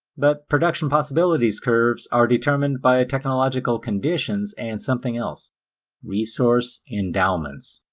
but production possibilities curves are determined by technological conditions and something else resource endowments.